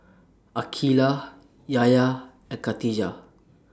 Aqeelah Yahya and Khatijah